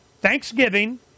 Thanksgiving